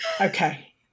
okay